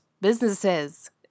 businesses